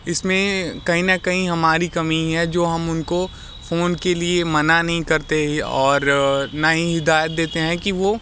इसमें कहीं ना कहीं हमारी कमी है जो हम उनको फ़ोन के लिए मना नहीं करते और ना ही हिदायत देते हैं कि वो